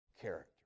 character